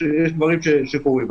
יש דברים שקורים.